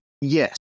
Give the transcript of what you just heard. yes